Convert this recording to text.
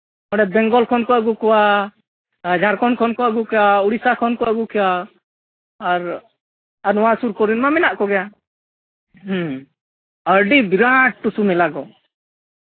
ᱚᱸᱰᱮ ᱵᱮᱝᱜᱚᱞ ᱠᱷᱚᱱ ᱠᱚ ᱟᱹᱜᱩ ᱠᱚᱣᱟ ᱡᱷᱟᱲᱠᱷᱚᱸᱰ ᱠᱷᱚᱱ ᱠᱚ ᱟᱹᱜᱩ ᱠᱚᱣᱟ ᱩᱲᱤᱥᱥᱟ ᱠᱷᱚᱱ ᱠᱚ ᱟᱹᱜᱩ ᱠᱚᱣᱟ ᱟᱨ ᱱᱚᱣᱟ ᱥᱩᱨ ᱠᱚᱨᱮᱱ ᱢᱟ ᱢᱮᱱᱟᱜ ᱠᱚᱜᱮᱭᱟ ᱟᱨ ᱟᱹᱰᱤ ᱵᱤᱨᱟᱴ ᱴᱩᱥᱩ ᱢᱮᱞᱟ ᱠᱚ